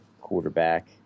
quarterback